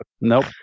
Nope